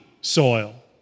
soil